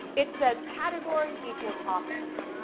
it says, category equals office.